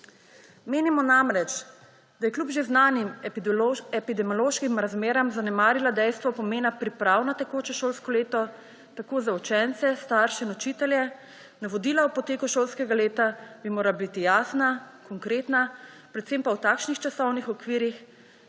Menimo namreč, da je kljub že znanim epidemiološkim razmeram zanemarila dejstvo pomena priprav na tekoče šolsko leto tako za učence, starše kot učitelje, navodila o poteku šolskega leta bi morala biti jasna, konkretna, predvsem pa v takšnih časovnih okvirih,